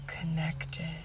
connected